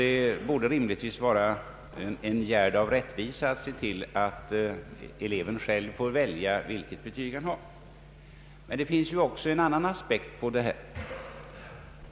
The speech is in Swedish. Det borde rimligtvis vara en gärd av rättvisa att se till att eleven själv får välja vilket betyg han vill konkurrera med. Det finns också en annan aspekt på denna fråga.